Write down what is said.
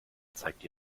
zeigt